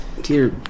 Dear